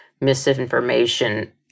misinformation